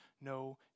no